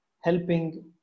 helping